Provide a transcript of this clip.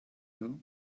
her